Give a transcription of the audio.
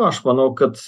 aš manau kad